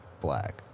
black